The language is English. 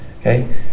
Okay